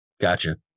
Gotcha